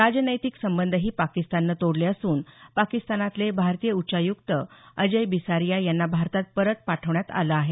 राजनैतिक संबधही पाकिस्ताननं तोडले असून पाकिस्तानातले भारतीय उच्च्वायुक्त अजय बिसारिया यांना भारतात परत पाठवण्यात आलं आहे